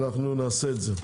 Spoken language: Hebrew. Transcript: נעשה את זה.